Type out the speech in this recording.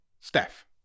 Steph